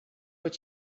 what